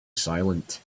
silent